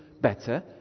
better